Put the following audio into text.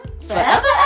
Forever